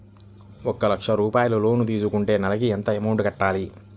ఒక లక్ష రూపాయిలు లోన్ తీసుకుంటే నెలకి ఎంత అమౌంట్ కట్టాలి?